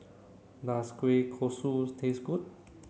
does Kueh Kosui taste good